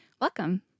Welcome